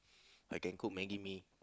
I can cook maggi-mee